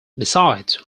besides